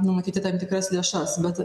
numatyti tam tikras lėšas bet